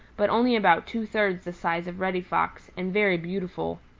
but only about two thirds the size of reddy fox, and very beautiful.